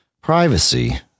privacy